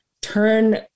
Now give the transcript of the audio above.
turn